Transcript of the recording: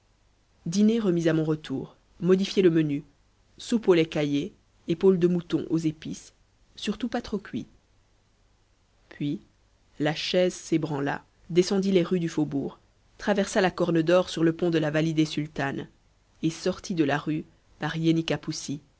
dîner remis à mon retour modifiez le menu soupe au lait caillé épaule de mouton aux épices surtout pas trop cuit puis la chaise s'ébranla descendit les rues du faubourg traversa la corne dor sur le pont de la validèh sultane et sortit de la ville par